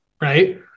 right